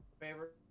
Favorite